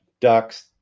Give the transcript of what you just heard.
ducks